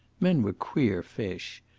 men were queer fish.